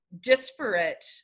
disparate